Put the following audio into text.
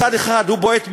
מצד אחד הוא בועט בנו,